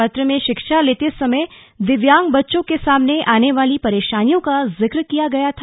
पत्र में शिक्षा लेते समय दिव्यांग बच्चें के सामने आने वाली परेशानियों का जिक्र किया गया था